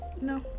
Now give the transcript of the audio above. No